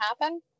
happen